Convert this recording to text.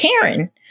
Karen